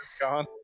gone